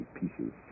pieces